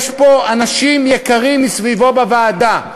יש פה אנשים יקרים מסביבו בוועדה.